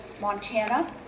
Montana